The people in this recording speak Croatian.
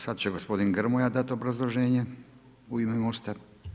Sada će gospodin Grmoja dati obrazloženje u ime Mosta.